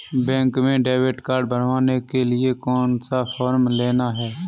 Bank में debit card बनवाने के लिए कौन सा फॉर्म लेना है?